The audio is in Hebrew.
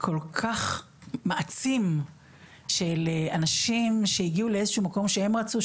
כל כך מעצים שלאנשים שהגיעו לאיזה שהוא מקום שהם רצו,